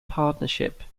partnership